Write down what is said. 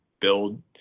build